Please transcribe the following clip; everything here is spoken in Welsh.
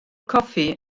goffi